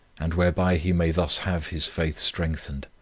and whereby he may thus have his faith strengthened.